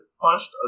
punched